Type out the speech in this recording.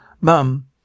Mum